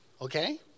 okay